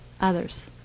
others